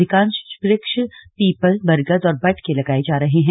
अधिकांश वृक्ष पीपल बरगद और बट के लगाये जा रहे हैं